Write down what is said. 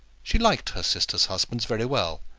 she liked her sisters' husbands very well,